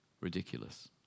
ridiculous